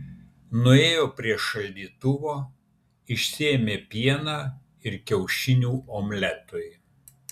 nuėjo prie šaldytuvo išsiėmė pieną ir kiaušinių omletui